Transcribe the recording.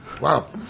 Wow